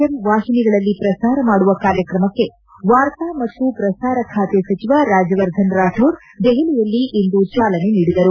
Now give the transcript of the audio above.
M ವಾಹಿನಿಗಳಲ್ಲಿ ಪ್ರಸಾರ ಮಾಡುವ ವ್ಯವಸ್ಥೆಗೆ ವಾರ್ತಾ ಮತ್ತು ಪ್ರಸಾರ ಖಾತೆ ಸಚಿವ ರಾಜ್ಜವರ್ಧನ್ ರಾಥೋಡ್ ದೆಪಲಿಯಲ್ಲಿಂದು ಚಾಲನೆ ನೀಡಿದರು